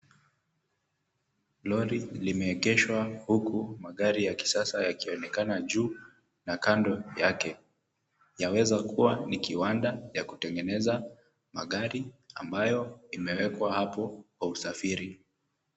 Lori limeegeshwa huku magari ya kisasa yakionekana juu na kando yake. Yaweza kuwa ni kiwanda ya kutengeneza magari ambayo imewekwa hapo kwa usafiri.